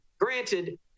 granted